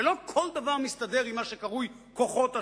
שלא כל דבר מסתדר עם מה שקרוי "כוחות השוק".